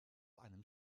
einem